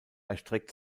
erstreckt